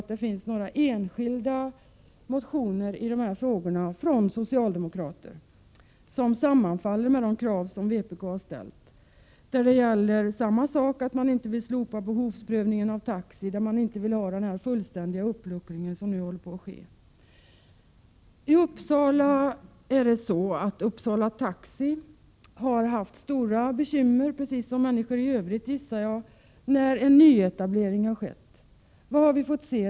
Det finns från enskilda socialdemokrater några motioner vilkas krav sammanfaller med dem som vpk har ställt. Dessa motionärer vill inte heller de att behovsprövningen för taxi slopas och vill inte ha den fullständiga uppluckring i Övrigt som nu håller på att införas. Uppsala Taxi har, liksom jag gissar ofta sker vid nyetableringar i övrigt, fått stora bekymmer i detta sammanhang. Vad är det då vi har fått se?